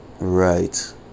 right